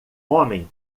homem